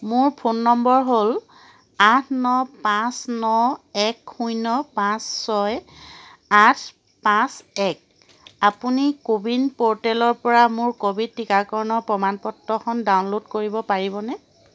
মোৰ phone number হ'ল আঠ ন পাঁচ ন এক শূন্য পাঁচ ছয় আঠ পাঁচ এক আপুনি কোৱিন প'ৰ্টেলৰ পৰা মোৰ ক'ভিড টীকাকৰণৰ প্ৰমাণপত্ৰখন ডাউনল'ড কৰিব পাৰিবনে